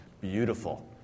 Beautiful